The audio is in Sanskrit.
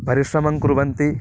परिश्रमङ्कुर्वन्ति